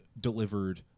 Delivered